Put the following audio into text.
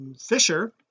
fisher